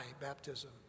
baptism